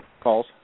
calls